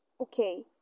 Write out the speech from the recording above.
Okay